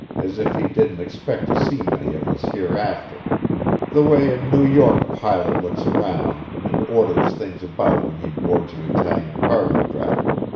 as if he didn't expect to see many of us hereafter the way a new york pilot looks round, and orders things about when he boards an italian cargo-dragger,